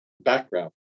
background